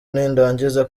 nindangiza